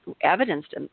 evidenced